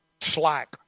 slack